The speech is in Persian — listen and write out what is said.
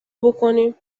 بکینم